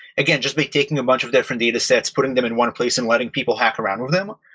again, just by taking a bunch of different datasets, putting them in one place and letting people hack around with them.